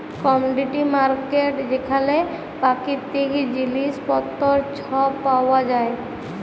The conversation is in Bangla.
কমডিটি মার্কেট যেখালে পাকিতিক জিলিস পত্তর ছব পাউয়া যায়